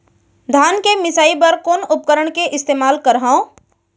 धान के मिसाई बर कोन उपकरण के इस्तेमाल करहव?